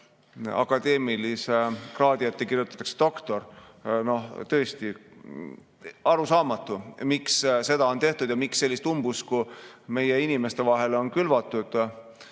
akadeemilise kraadina kirjutatakse "doktor". Tõesti arusaamatu, miks seda on tehtud ja miks sellist umbusku meie inimeste sekka on külvatud.